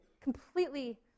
completely